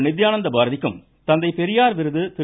நித்தியானந்த பாரதிக்கும் தந்தைபெரியார் விருது திரு